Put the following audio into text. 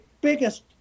biggest